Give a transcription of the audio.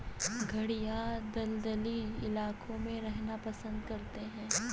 घड़ियाल दलदली इलाकों में रहना पसंद करते हैं